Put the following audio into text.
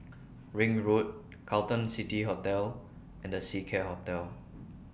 Ring Road Carlton City Hotel and The Seacare Hotel